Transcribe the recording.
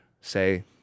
say